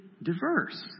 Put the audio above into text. Diverse